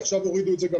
עכשיו הורידו את זה גם